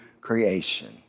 creation